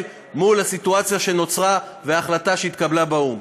מול הסיטואציה שנוצרה וההחלטה שהתקבלה באו"ם.